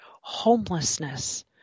homelessness